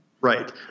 Right